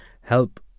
help